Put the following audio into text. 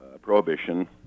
prohibition